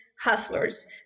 hustlers